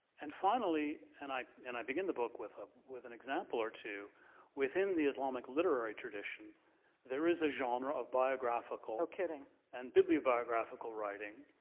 and finally, and i and i begin the book with ah with an example or two within the islamic literary tradition there is a genre of biographical no kidding. and, biliobiographical writing